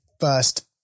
first